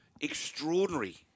extraordinary